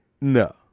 no